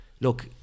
look